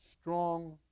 strong